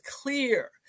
clear